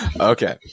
Okay